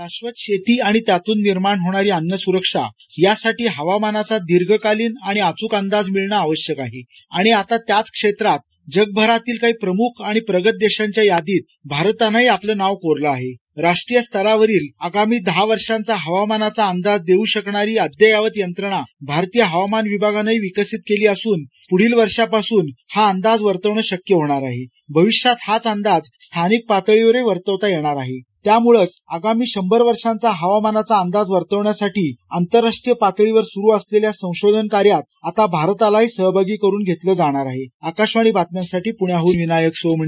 शाधत शेती आणि त्यातून निर्माण होणारी अन्नस्रक्षा यासाठी हवामानाचा दीर्घकालीन आणि अच्क अंदाज मिळणे आवश्यक आहे आणि आता त्याच क्षेत्रात जगभरातील काही प्रमुख आणि प्रगत देशांच्या यादीत भारतानेही आपले नाव कोरले आहे राष्ट्रीय स्तरावरील आगामी दहा वर्षाचा हवामानाचा अंदाज देऊ शकणारी अद्ययावत यंत्रणा भारतीय हवामान विभागाने विकसित केली असून पुढील वर्षापासून हा अंदाज वर्तवणे शक्य होणार आहे भविष्यात हाच अंदाज स्थानिक पातळीवरही ही वर कळविता येणार आहे त्यामुळेच आगामी शंभर वर्षांचा हवामानाचा अंदाज वर्तवण्यासाठी आंतरराष्ट्रीय पातळीवर सुरू असलेल्या संशोधन कार्यात आता भारतालाही सहभागी करून घेतलं जाणार आहे आकाशवाणी बातम्यांसाठी पुण्याह्न विनायक सोमणी